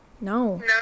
No